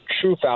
true